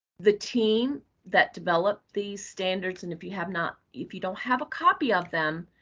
the team that developed the standards, and if you have not, if you don't have a copy of them,